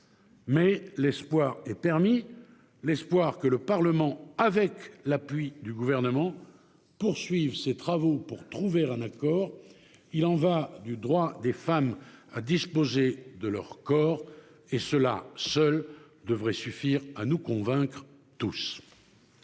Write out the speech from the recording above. Mais l'espoir est permis, l'espoir que le Parlement, avec l'appui du Gouvernement, poursuive ses travaux pour trouver un accord. Il y va du droit des femmes à disposer de leur corps. Cela seul devrait suffire à nous convaincre tous.